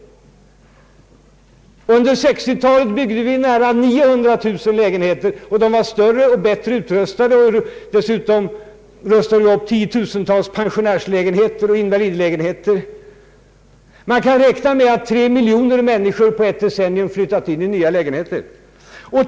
Under 1960-talet byggde vi nära 900 000 lägenheter, och de var större och bättre utrustade. Dessutom rustade vi upp 10 000-tals pensionärslägenheter och invalidlägenheter. Man kan räkna med att tre miljoner människor på ett decennium har flyttat in i nya lägenheter.